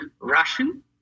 russian